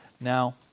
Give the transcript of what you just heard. Now